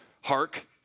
hark